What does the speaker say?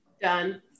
Done